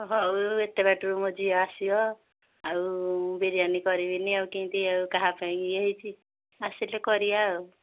ହେଉ ଏତେ ବାଟରୁ ମୋ ଝିଅ ଆସିବ ଆଉ ବିରିୟାନୀ କରିବିନି ଆଉ କେମିତି କାହା ପାଇଁ ହୋଇଛି ଆସିଲେ କରିବା ଆଉ